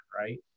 Right